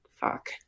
fuck